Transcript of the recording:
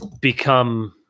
become